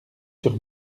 sur